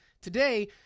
Today